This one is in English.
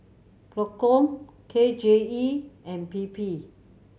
Procom K J E and P P